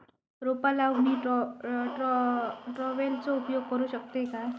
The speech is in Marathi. रोपा लाऊक मी ट्रावेलचो उपयोग करू शकतय काय?